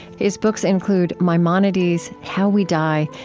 his books include maimonides, how we die,